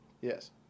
Yes